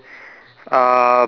um